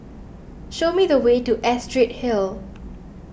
show me the way to Astrid Hill